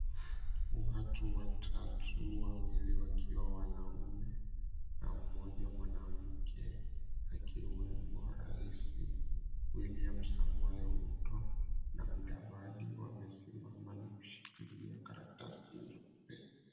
Watu watatu, wawili wakiwa wanaume, na mmoja mwanamke. Akiwemo Rais William Samoei Ruto na Mudavadi, wamesimama na kushikilia karatasi.